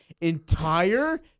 entire